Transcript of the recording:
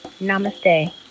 Namaste